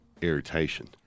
irritation